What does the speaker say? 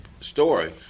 story